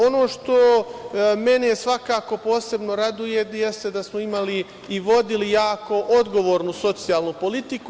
Ono što mene svakako posebno raduje jeste da smo imali i vodili jako odgovornu socijalnu politiku.